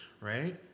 right